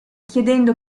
chiedendo